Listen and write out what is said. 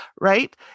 Right